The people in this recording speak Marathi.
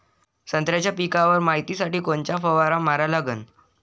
संत्र्याच्या पिकावर मायतीसाठी कोनचा फवारा मारा लागन?